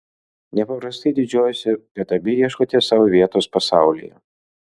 nepaprastai didžiuojuosi kad abi ieškote savo vietos pasaulyje